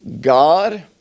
God